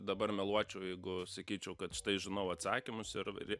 dabar meluočiau jeigu sakyčiau kad štai žinau atsakymus ir re